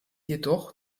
jedoch